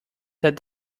that